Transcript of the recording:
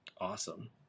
awesome